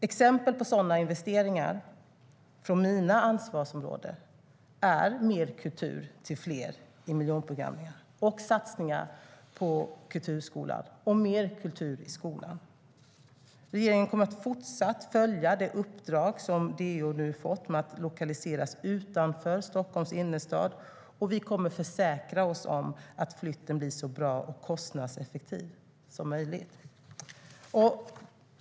Exempel på sådana investeringar är, inom mina ansvarsområden, mer kultur till fler i miljonprogrammen, satsningar på kulturskolan och mer kultur i skolan. Regeringen kommer att fortsätta följa det uppdrag som DO nu har fått om att lokalisera sig utanför Stockholms innerstad. Och vi kommer att försäkra oss om att flytten blir så bra och kostnadseffektiv som möjligt.